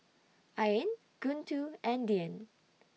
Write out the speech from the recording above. Ain Guntur and Dian